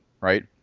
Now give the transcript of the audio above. right